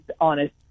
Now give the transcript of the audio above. honest